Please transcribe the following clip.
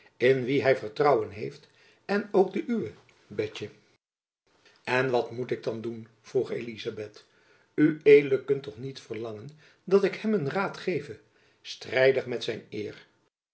in wien hy vertrouwen heeft en ook den uwe betjen en wat moet ik dan doen vroeg elizabeth ued kunt toch niet verlangen dat ik hem een raad geve strijdig met zyn eer